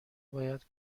باید